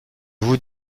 vous